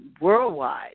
worldwide